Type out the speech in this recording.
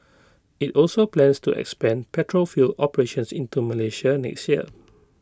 IT also plans to expand petrol fuel operations into Malaysia next year